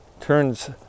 turns